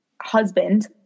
husband